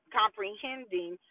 comprehending